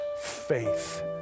faith